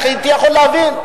הייתי יכול להבין.